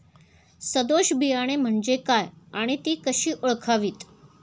सदोष बियाणे म्हणजे काय आणि ती कशी ओळखावीत?